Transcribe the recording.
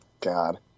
God